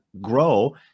grow